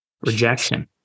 Rejection